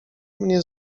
mnie